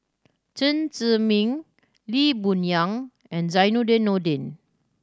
Chen Zhiming Lee Boon Yang and Zainudin Nordin